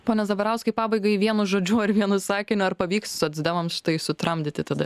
pone zabarauskai pabaigai vienu žodžiu ar vienu sakiniu ar pavyks socdemams tai sutramdyti tada